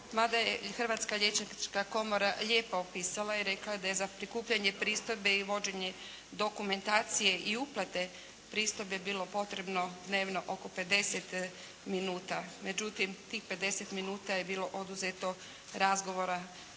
mada je Hrvatska liječnička komora lijepo opisala i rekla da je za prikupljanje pristojbe i vođenje dokumentacije i uplate pristojbe bilo potrebno dnevno oko 50 minuta. Međutim, tih 50 minuta je bilo oduzeto razgovora